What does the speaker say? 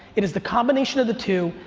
it is the combination of the two,